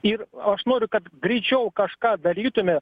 ir aš noriu kad greičiau kažką darytumėt